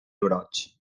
brots